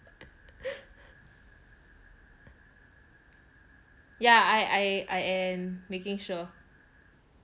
yeah I I am making sure